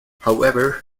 however